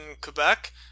Quebec